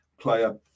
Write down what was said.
player